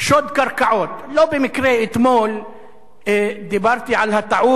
לא במקרה אתמול דיברתי על הטעות הפרוידיאנית